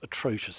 atrocious